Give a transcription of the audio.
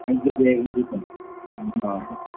आनी किदे आनी दिते हय